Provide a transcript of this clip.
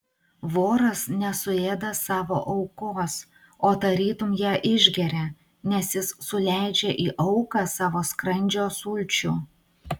voras nesuėda savo aukos o tarytum ją išgeria nes jis suleidžia į auką savo skrandžio sulčių